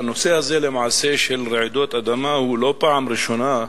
הנושא הזה של רעידות אדמה הוא לא עולה פעם ראשונה,